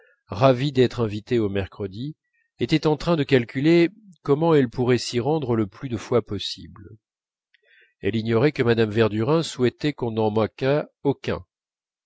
ravie d'être invitée aux mercredis était en train de calculer comment elle pourrait s'y rendre le plus de fois possible elle ignorait que mme verdurin souhaitait qu'on n'en manquât aucun